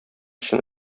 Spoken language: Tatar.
өчен